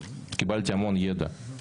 שהצעתי יחד עם אלי כאן עבר בטרומית בקשר